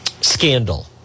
scandal